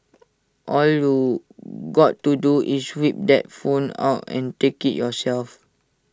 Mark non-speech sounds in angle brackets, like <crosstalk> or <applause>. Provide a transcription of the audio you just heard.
all you <noise> got to do is whip <noise> that phone out and take IT yourself